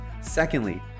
Secondly